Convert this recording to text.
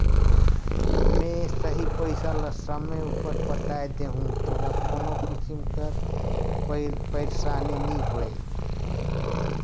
में सही पइसा ल समे उपर पटाए देहूं तोला कोनो किसिम कर पइरसानी नी होए